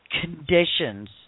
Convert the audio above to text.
conditions